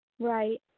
Right